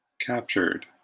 Captured